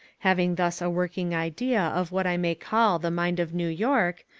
having thus a working idea of what i may call the mind of new york,